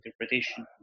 interpretation